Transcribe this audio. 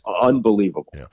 unbelievable